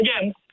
again